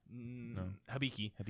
Habiki